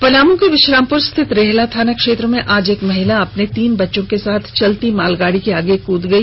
पलामू के विश्रामपुर स्थित रेहला थाना क्षेत्र में आज एक महिला अपने तीन बच्चों के साथ चलती मालगाड़ी के आगे कूद गई